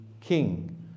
king